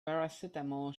paracetamol